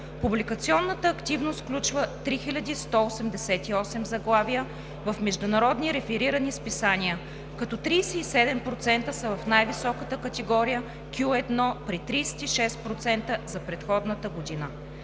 Публикационната активност включва 3188 заглавия в международни реферирани списания, като 37% са в най-високата категория Q1 при 36% за предходната година.